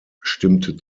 stimmte